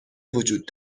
وجود